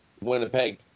Winnipeg